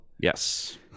yes